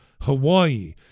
Hawaii